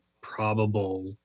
probable